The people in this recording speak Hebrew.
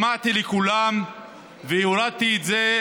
שמעתי לכולם והורדתי את זה,